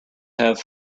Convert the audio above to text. have